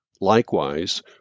Likewise